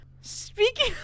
Speaking